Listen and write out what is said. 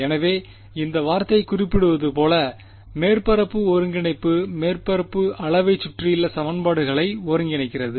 எனவே இந்த வார்த்தை குறிப்பிடுவது போல மேற்பரப்பு ஒருங்கிணைப்பு மேற்பரப்பு அளவைச் சுற்றியுள்ள சமன்பாடுகளை ஒருங்கிணைக்கிறது